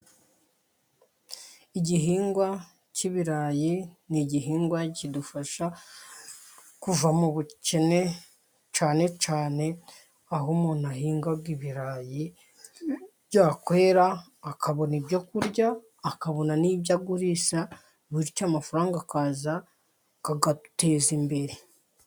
Igihingwa cy'ibirayi ni igihingwa kidufasha kuva mu bukene cyane cyane aho umuntu ahinga ibirayi byakwera akabona ibyokurya, akabona n'ibyo agurisha bityo amafaranga akaza akaduteza imbere.